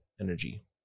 Energy